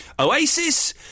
Oasis